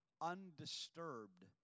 undisturbed